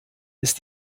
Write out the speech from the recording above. ist